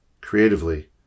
creatively